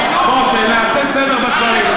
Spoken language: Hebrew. שנעשה סדר בדברים,